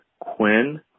Quinn